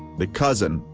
the cousin,